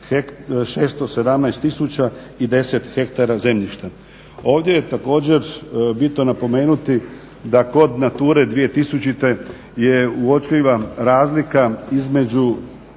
2617010 hektara zemljišta. Ovdje je također bitno napomenuti da kod Natura 2000 je uočljiva razlika u